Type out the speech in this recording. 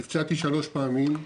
נפצעתי שלוש פעמים.